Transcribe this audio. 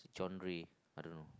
genre I don't know